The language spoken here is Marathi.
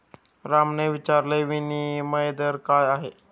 रामने विचारले, विनिमय दर काय आहे?